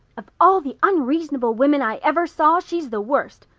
of all the unreasonable women i ever saw she's the worst.